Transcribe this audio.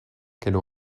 qu’elle